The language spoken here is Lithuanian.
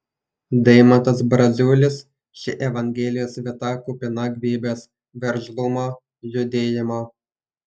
deimantas braziulis ši evangelijos vieta kupina gyvybės veržlumo judėjimo